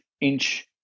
inch